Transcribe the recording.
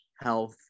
health